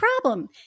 problem